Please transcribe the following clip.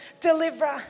Deliverer